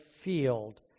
field